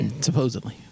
Supposedly